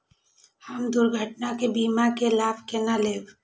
हम दुर्घटना के बीमा के लाभ केना लैब?